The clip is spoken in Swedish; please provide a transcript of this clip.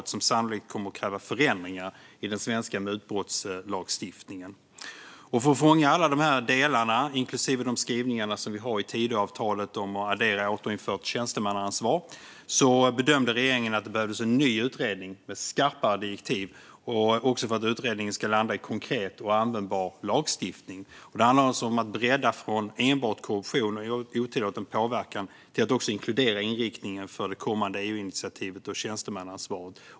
Detta kommer sannolikt att kräva förändringar i den svenska mutbrottslagstiftningen. För att fånga alla de här delarna, inklusive de skrivningar som vi har i Tidöavtalet om återinfört tjänstemannaansvar, bedömde regeringen att det behövdes en ny utredning med skarpare direktiv, även för att utredningen ska landa i konkret och användbar lagstiftning. Det handlar om att bredda från enbart korruption och otillåten påverkan till att också inkludera inriktningen för det kommande EU-initiativet och tjänstemannaansvaret.